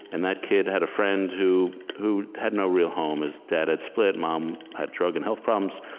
and that kid had a friend who who had no real home. his dad had split, mom had drug and health problems.